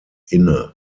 inne